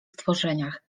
stworzeniach